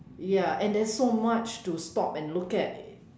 ya and there's so much to stop and look at